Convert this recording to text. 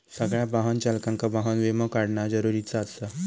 सगळ्या वाहन चालकांका वाहन विमो काढणा जरुरीचा आसा